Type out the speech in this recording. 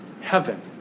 heaven